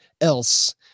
else